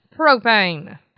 propane